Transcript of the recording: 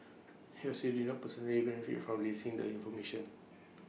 he also did not personally benefit from releasing the information